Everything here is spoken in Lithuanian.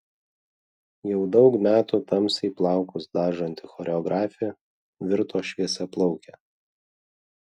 jau daug metų tamsiai plaukus dažanti choreografė virto šviesiaplauke